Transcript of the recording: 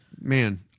man